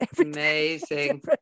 Amazing